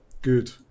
Good